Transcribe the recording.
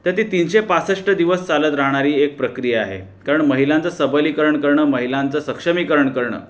तर ती तीनशे पासष्ट दिवस चालत राहणारी एक प्रक्रिया आहे कारण महिलांचं सबलीकरण करणं महिलांचं सक्षमीकरण करणं